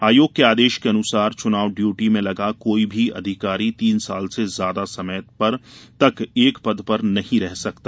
आयोग के आदेश के अनुसार चुनाव ड्यूटी में लगा कोई भी अधिकारी तीन साल से ज्यादा समय तक एक पद पर नहीं रह सकता